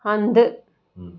हंधु